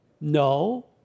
No